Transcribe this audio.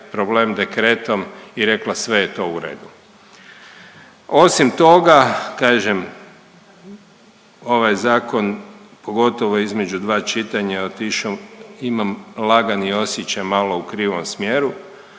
problem dekretom i rekla, sve je to u redu. Osim toga kažem ovaj zakon pogotovo između dva čitanja je otišo, imam lagani osjećaj malo u krivom smjeru,